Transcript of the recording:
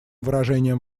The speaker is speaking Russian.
выражением